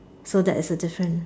so that is the difference